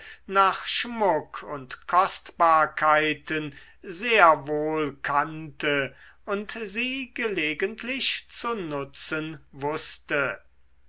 nach schmuck und kostbarkeiten sehr wohl kannte und sie gelegentlich zu nutzen wußte